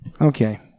Okay